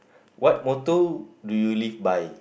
what motto do you live by